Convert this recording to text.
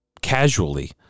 casually